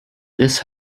this